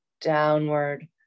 downward